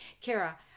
Kara